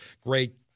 great